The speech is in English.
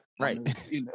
right